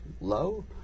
low